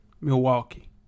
Milwaukee